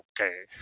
okay